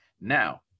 Now